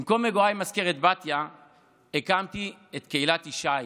במקום מגוריי במזכרת בתיה הקמת את קהילת יש"י,